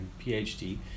PhD